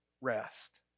rest